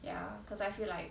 ya cause I feel like